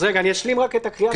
אז רגע, אני אשלים רק את הקריאה.